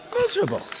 Miserable